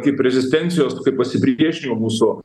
kaip rezistencijos pasipriešinimo mūsų